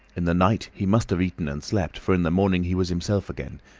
in the night, he must have eaten and slept for in the morning he was himself again,